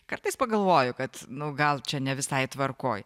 kartais pagalvoju kad nu gal čia ne visai tvarkoj